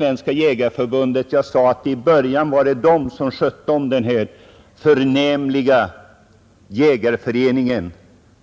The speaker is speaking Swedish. Jag sade att i början var det de som skötte om den här förnämliga jägareföreningen